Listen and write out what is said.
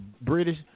british